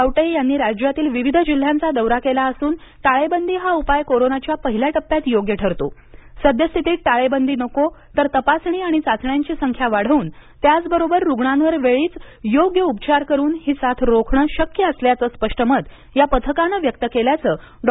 आवटे यांनी राज्यातील विविध जिल्ह्यांचा दौरा केला असून टाळेबंदी हा उपाय कोरोनाच्या पहिल्या टप्प्यात योग्य ठरतो सद्यस्थितीत टाळेबंदी नको तर तपासणी आणि चाचण्यांची संख्या वाढवून त्याचबरोबर रुग्णांवर वेळीच योग्य उपचार करून ही साथ रोखणे शक्य असल्याचं स्पष्ट मत या पथकानं व्यक्त केल्याचं डॉ